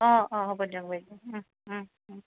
অ অ হ'ব দিয়ক বাইদেউ